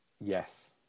Yes